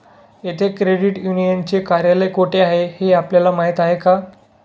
येथे क्रेडिट युनियनचे कार्यालय कोठे आहे हे आपल्याला माहित आहे का?